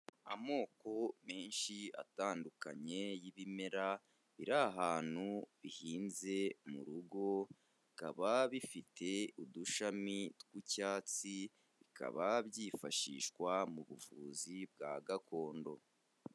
Amoko menshi atandukanye y'ibimera biri ahantu bihinze mu rugo, bikaba bifite udushami tw'icyatsi, bikaba byifashishwa mu buvuzi bwa gakondo.